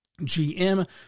GM